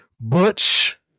Butch